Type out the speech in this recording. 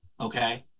Okay